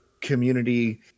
community